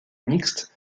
mixte